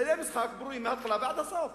כללי המשחק ברורים מההתחלה ועד הסוף,